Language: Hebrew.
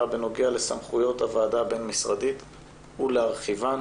בנוגע לסמכויות הוועדה הבין משרדית ולהרחיבן,